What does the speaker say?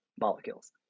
molecules